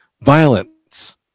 violence